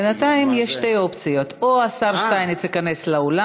בינתיים יש שתי אופציות: או שהשר שטייניץ ייכנס לאולם,